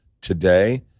today